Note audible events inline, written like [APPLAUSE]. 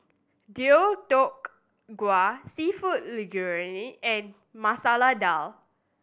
Deodeok Gui Seafood Linguine and [UNINTELLIGIBLE] Dal